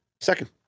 Second